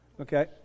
Okay